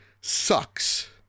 sucks